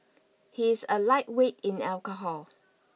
he is a lightweight in alcohol